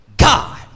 God